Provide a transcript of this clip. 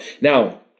Now